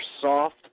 soft